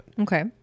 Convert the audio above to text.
okay